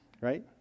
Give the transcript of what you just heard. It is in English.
right